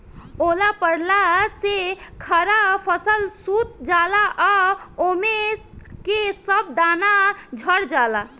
ओला पड़ला से खड़ा फसल सूत जाला आ ओमे के सब दाना झड़ जाला